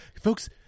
Folks